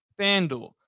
FanDuel